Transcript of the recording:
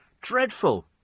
Dreadful